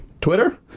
Twitter